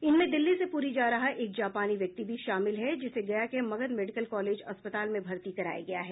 इनमें दिल्ली से पूरी जा रहा एक जापानी व्यक्ति भी शामिल है जिसे गया के मगध मेडिकल कॉलेज अस्पताल में भर्ती कराया गया है